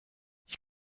ich